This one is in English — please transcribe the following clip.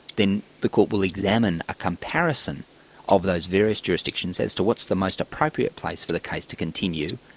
then the court will examine a comparison of those various jurisdictions as to what's the most appropriate place for the case to continue,